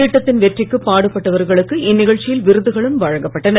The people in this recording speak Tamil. திட்டத்தின் வெற்றிக்கு பாடுபட்டவர்களுக்கு இந்நிகழ்ச்சியில் விருதுகளும் வழங்கப்பட்டன